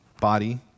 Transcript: body